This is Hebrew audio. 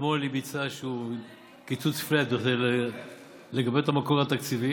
אתמול היא ביצעה איזשהו קיצוץ פלאט כדי לגבות את המקור התקציבי,